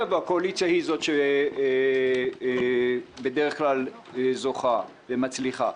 והקואליציה היא זו שבדרך כלל זוכה ומצליחה.